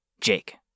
Jake